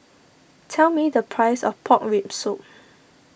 tell me the price of Pork Rib Soup